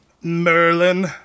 Merlin